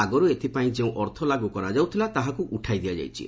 ଆଗରୁ ଏଥିପାଇଁ ଯେଉଁ ଅର୍ଥ ଲାଗୁ କରାଯାଇଥିଲା ତାହାକୁ ଉଠାଇ ଦିଆଯାଇଛି